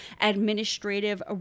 administrative